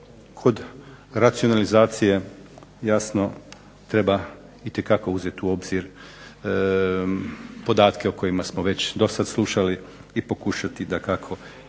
Kod racionalizacije jasno treba itekako uzeti u obzir podatke o kojima smo već do sad slušali i pokušati dakako kroz